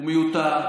הוא מיותר.